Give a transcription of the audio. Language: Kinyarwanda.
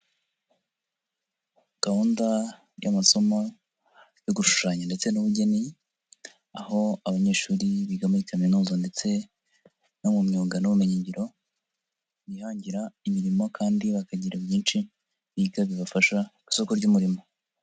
Gahunda y'amasomo yo gushushanya ndetse n'ubugeni, aho abanyeshuri biga muri kaminuza ndetse no mu myuga n'ubumenyingiro, bihangira imirimo kandi bakagira byinshi biga bibafasha ku isoko ry'umurimo.